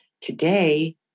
Today